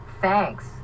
Thanks